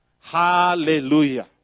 Hallelujah